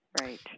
right